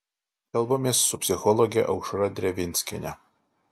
kalbamės su psichologe aušra drevinskiene